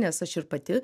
nes aš ir pati